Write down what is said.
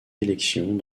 élections